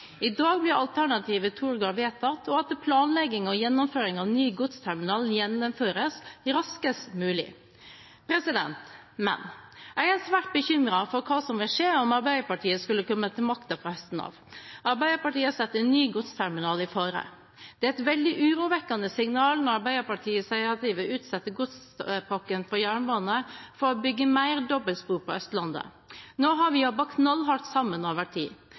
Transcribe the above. I dag vedtas alternativet Torgård og at planlegging og gjennomføring av ny godsterminal gjennomføres raskest mulig. Men jeg er svært bekymret for hva som vil skje om Arbeiderpartiet skulle komme til makten fra høsten av. Arbeiderpartiet setter ny godsterminal i fare. Det er et veldig urovekkende signal når Arbeiderpartiet sier de vil utsette godspakken på jernbane for å bygge mer dobbeltspor på Østlandet. Nå har vi jobbet knallhardt sammen over tid.